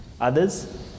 Others